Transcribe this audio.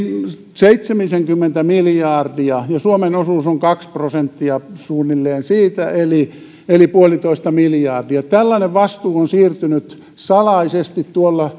seitsemisenkymmentä miljardia ja suomen osuus on suunnilleen kaksi prosenttia siitä eli eli puolitoista miljardia tällainen vastuu on siirtynyt salaisesti